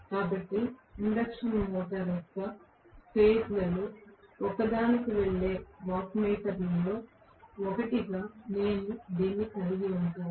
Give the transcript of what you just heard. కాబట్టి induction motor యొక్క phase లలో ఒకదానికి వెళ్లే వాట్మీటర్లలో 1 గా నేను దీన్ని కలిగి ఉంటాను